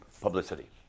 publicity